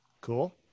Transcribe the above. Cool